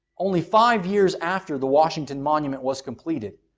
only five years after the washington monument was completed,